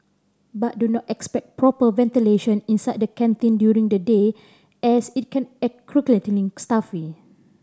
but do not expect proper ventilation inside the canteen during the day as it can stuffy